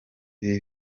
ibi